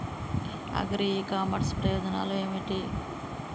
Agri e commerce ప్రయోజనాలు ఏమిటి?